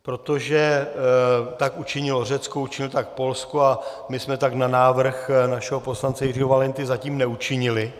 Protože tak učinilo Řecko, učinilo tak Polsko a my jsme tak na návrh našeho poslance Jiřího Valenty zatím neučinili.